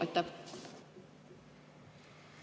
Aitäh,